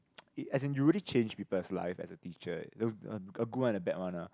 as in you really change people's life as a teacher a good one and a bad one lah